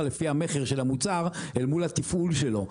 לפי המכר של המוצר אל מול התפעול שלו.